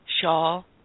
shawl